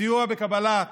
סיוע בקבלת